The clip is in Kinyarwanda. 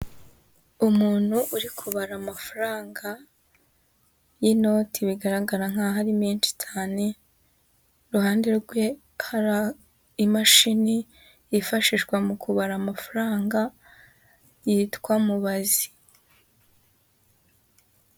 Umuntu uri kubara amafaranga y'inoti bigaragara nk'aho ari menshi cyane, iruhande rwe hari imashini yifashishwa mu kubara amafaranga yitwa mubazi.